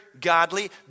godly